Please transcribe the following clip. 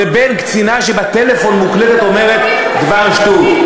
לבין קצינה שבשיחת טלפון מוקלטת אומרת דבר שטות.